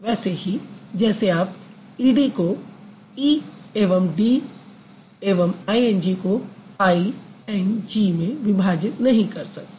वैसे ही जैसे आप ed को ई एवं डी को और ing को आईएनजी में विभाजित नहीं कर सकते